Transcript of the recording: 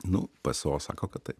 nu pso sako kad taip